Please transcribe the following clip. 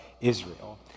israel